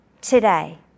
today